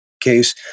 case